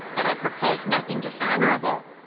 but i propose nothing dishonourable.